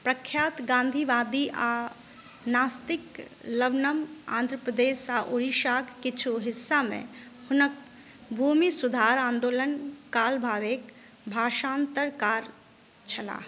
प्रख्यात गांधीवादी आ नास्तिक लवनम आंध्रप्रदेश आ उड़ीसाक किछु हिस्सामे हुनक भूमि सुधार आन्दोलन काल भावेक भाषान्तरकार छलाह